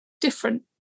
different